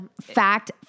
fact-